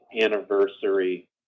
anniversary